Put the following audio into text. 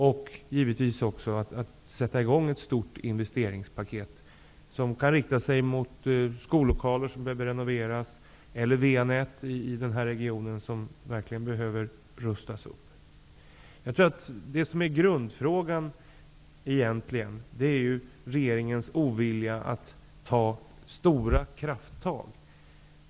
Och ett stort investeringspaket skulle givetvis behövas, som kan omfatta skollokaler som behöver renoveras eller VA-nät i regionen som behöver rustas upp. Grundfrågan är egentligen regeringens ovilja att ta stora krafttag.